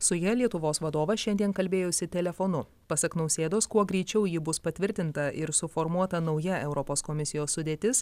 su ja lietuvos vadovas šiandien kalbėjosi telefonu pasak nausėdos kuo greičiau ji bus patvirtinta ir suformuota nauja europos komisijos sudėtis